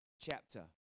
chapter